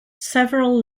several